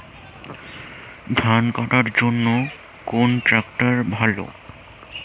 ধান কাটার জন্য কোন ট্রাক্টর ভালো?